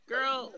Girl